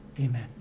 Amen